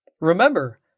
Remember